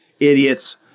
Idiots